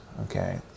okay